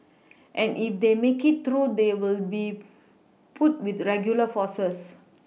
and if they make it through they will be put with regular forces